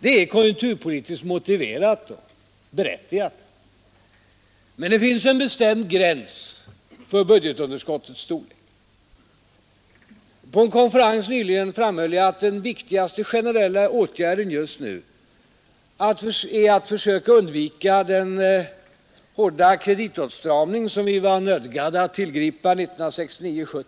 Det är konjunkturpolitiskt motiverat och berättigat, men det finns en bestämd gräns för budgetunderskottets storlek. På en konferens nyligen framhöll jag att den viktigaste generella åtgärden just nu är att försöka undvika den hårda kreditåtstramning som vi var nödgade att tillgripa 1969—1970.